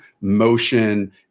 motion